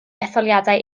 etholiadau